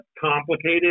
complicated